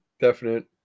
definite